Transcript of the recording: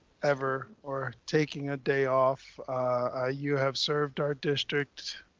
ever, or taking a day off. ah you have served our district.